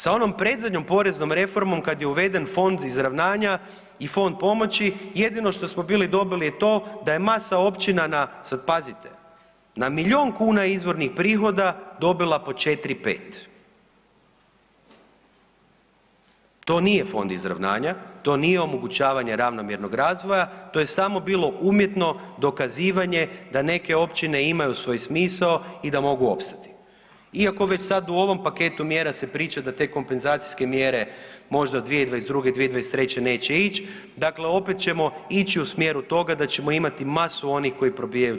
Sa onom predzadnjom poreznom reformom kad je uveden Fond izravnanja i Fond pomoći jedino što smo bili dobili je to da je masa općina na, sad pazite, na milijun kuna izvornih prihoda dobila po 4-5, to nije Fond izravnanja, to nije omogućavanje ravnomjernog razvoja, to je bilo samo umjetno dokazivanje da neke općine imaju svoj smisao i da mogu opstati iako već sad u ovom paketu mjera se priča da te kompenzacijske mjere možda '22., '23. neće ić, dakle opet ćemo ići u smjeru toga da ćemo imati masu onih koji probijaju 20%